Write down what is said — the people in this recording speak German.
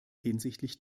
hinsichtlich